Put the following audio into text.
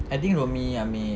I think rumi ambil